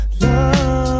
love